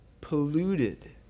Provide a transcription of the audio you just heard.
polluted